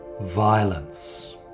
violence